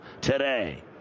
today